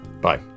Bye